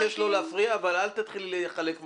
אני מבקש לא להפריע, אבל אל תתחילי לחלק מחמאות.